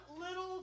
little